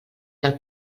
del